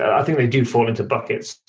i think they do fall into buckets,